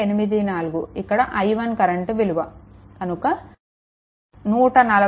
84 ఇక్కడ i1 current విలువ 145